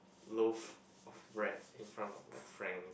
loaf of bread in front of my friends